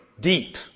deep